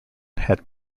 had